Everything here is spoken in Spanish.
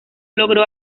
logró